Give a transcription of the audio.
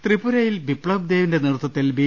ത്രിപുരയിൽ ബിപ്തബ് ദേബിന്റെ നേതൃത്വത്തിൽ ബി